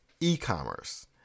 e-commerce